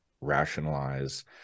rationalize